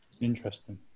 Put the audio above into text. Interesting